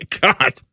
god